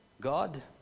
God